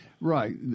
Right